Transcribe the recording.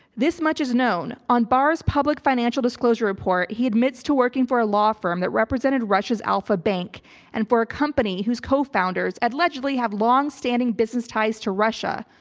this much is known on barr's public financial disclosure report he admits to working for a law firm that represented russia's alfa bank and for a company whose cofounders allegedly have long standing business ties to russia.